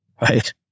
Right